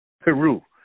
Peru